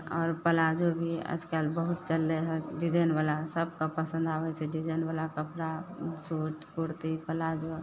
आओर प्लाजो भी आजकल बहुत चललै हइ डिजाइनवला सबके पसन्द आबय छै डिजाइनवला कपड़ा सूट कुर्ती प्लाजो